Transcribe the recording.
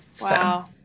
Wow